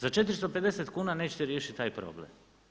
Za 450 kuna nećete riješiti taj problem.